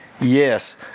Yes